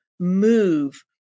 move